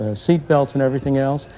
ah seatbelts and everything else,